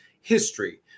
history